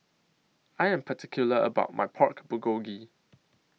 I Am particular about My Pork Bulgogi